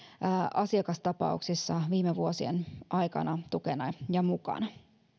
asiakastapauksissa viime vuosien aikana tukena ja mukana